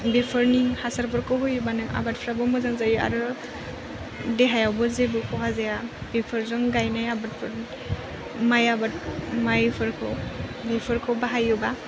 बेफोरनि हासारफोरखौ होयोबानो आबादफ्राबो मोजां जायो आरो देहायावबो जेबो खहा जाया बेफोरजों गायनाय आबादफोर माइ आबाद माइफोरखौ बेफोरखौ बाहायोबा